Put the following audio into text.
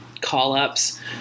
call-ups